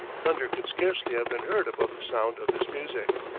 thunder could scarcely have been heard above the sound of this music.